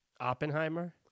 Oppenheimer